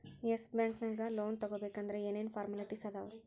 S Bank ನ್ಯಾಗ್ loan ತಗೊಬೇಕಂದ್ರ ಏನೇನ್ ಫಾರ್ಮ್ಯಾಲಿಟಿಸ್ ಅದಾವ?